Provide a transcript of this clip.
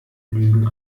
lügen